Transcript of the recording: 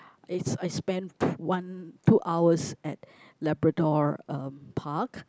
it's I spend one two hours at Labrador um park